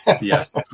Yes